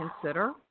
consider